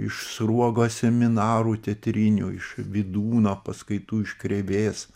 iš sruogos seminarų teatrinių iš vydūno paskaitų iš krėvės